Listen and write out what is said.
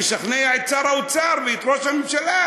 לשכנע את שר האוצר ואת ראש הממשלה?